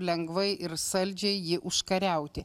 lengvai ir saldžiai jį užkariauti